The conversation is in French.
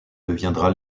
deviendra